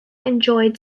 enjoyed